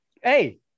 Hey